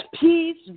Peace